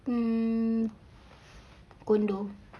hmm condo